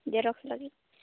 xerox ᱞᱟᱹᱜᱤᱫ